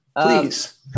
Please